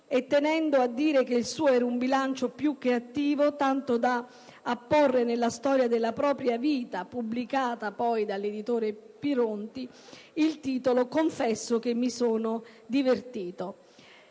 e tenendo a dire che il suo era un bilancio più che attivo, tanto da apporre alla storia della propria vita, pubblicata poi dall'editore Pironti, il titolo «Confesso che mi sono divertito».